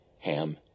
Ham